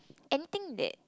anything that